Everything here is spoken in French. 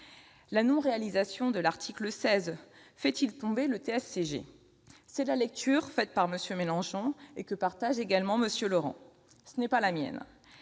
La non-réalisation de son article 16 fait-elle tomber le TSCG ? C'est la lecture faite par M. Mélenchon, et que partage M. Laurent. Ce n'est pas la mienne.